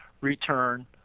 return